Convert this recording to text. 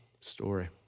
Story